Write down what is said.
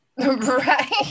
Right